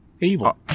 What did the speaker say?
Evil